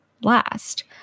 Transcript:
last